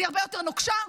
אני הרבה יותר נוקשה,